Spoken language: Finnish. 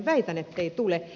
väitän ettei tule